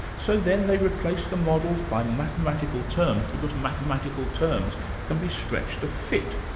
so then they replace the models by mathematical terms, because mathematical terms can be stretched to fit.